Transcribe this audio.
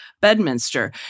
Bedminster